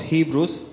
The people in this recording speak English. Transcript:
Hebrews